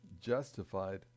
justified